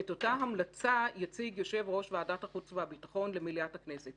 את ההמלצה יציג יושב-ראש ועדת החוץ והביטחון למליאת הכנסת.